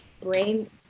brain